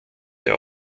der